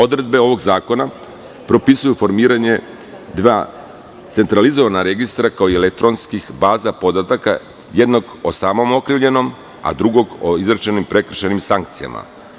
Odredbe ovog zakona propisuju formiranje dva centralizovana registra kao i elektronskih baza podataka, jednog o samom okrivljenom, a drugog o izrečenim prekršajnim sankcijama.